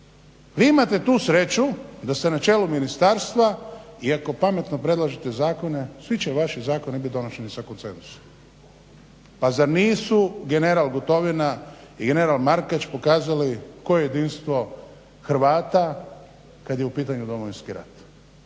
Vi imate tu sreću da ste na čelu Ministarstva iako pametno predlažete zakone svi će vaši zakoni biti donošeni sa …/Govornik se ne razumije/… A zar nisu general Gotovina i general Markač pokazali koje jedinstvo hrvata kad je u pitanju Domovinski rat.